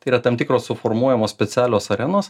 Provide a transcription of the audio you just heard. tai yra tam tikros suformuojamos specialios arenos